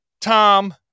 Tom